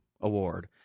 award